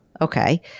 Okay